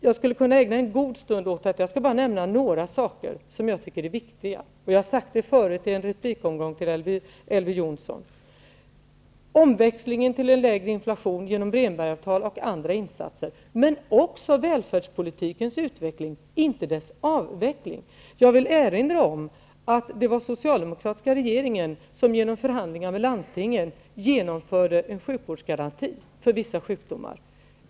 Jag skulle kunna ägna en god stund åt denna fråga, men jag skall bara nämna några saker som jag tycker är viktiga och som jag har redan tidigare i en replik på Elver Jonssons anförande tagit upp: omväxlingen till en lägre inflation genom Rehnbergsavtalet och andra insatser men också välfärdspolitikens utveckling, inte dess avveckling. Jag vill erinra om att det var den socialdemokratiska regeringen som genom förhandlingar med landstingen genomförde en sjukvårdsgaranti för vissa sjukdomar.